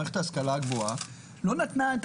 המערכת להשכלה גבוהה בכלל לא נתנה את